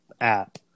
app